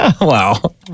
Wow